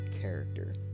character